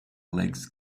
legs